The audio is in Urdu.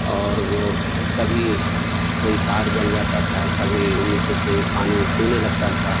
اور وہ کبھی کوئی تار جل جاتا تھا کبھی نیچے سے پانی چونے لگتا تھا